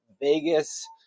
vegas